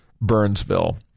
Burnsville